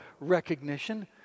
recognition